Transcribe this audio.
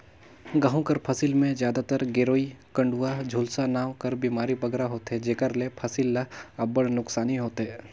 गहूँ कर फसिल में जादातर गेरूई, कंडुवा, झुलसा नांव कर बेमारी बगरा होथे जेकर ले फसिल ल अब्बड़ नोसकानी होथे